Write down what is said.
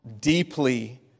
deeply